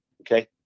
Okay